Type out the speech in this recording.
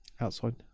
outside